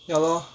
ya lor